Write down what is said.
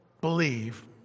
believe